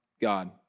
God